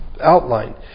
outline